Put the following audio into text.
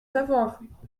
savoir